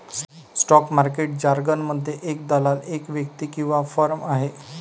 stock market जारगनमध्ये, एक दलाल एक व्यक्ती किंवा फर्म आहे